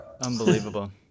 unbelievable